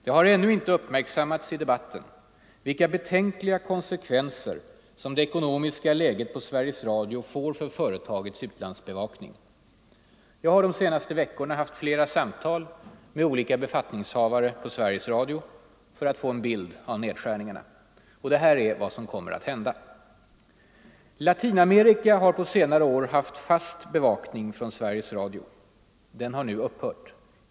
Det har ännu inte uppmärksammats i debatten vilka betänkliga konsekvenser som det ekonomiska läget på Sveriges Radio får för företagets utlandsbevakning. Jag har de senaste veckorna haft flera samtal med olika befattningshavare på Sveriges Radio för att få en bild av nedskärningarna. Detta är vad som kommer att hända: Latinamerika har på senare år haft fast bevakning från Sveriges Radio. Den har nu upphört.